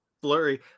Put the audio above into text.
blurry